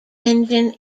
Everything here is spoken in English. engine